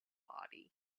body